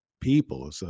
people